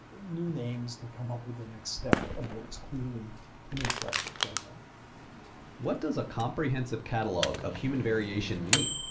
ah new names to come up with the next step of what was clearly an intellectual program. narrator what does a comprehensive catalog of human variation mean?